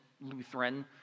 Lutheran